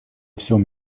всем